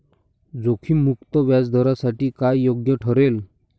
जोखीम मुक्त व्याजदरासाठी काय योग्य ठरेल?